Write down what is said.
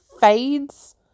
fades